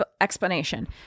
explanation